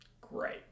great